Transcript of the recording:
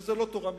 שזה לא תורה מסיני,